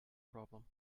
problem